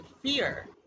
fear